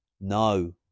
No